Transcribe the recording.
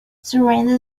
surrender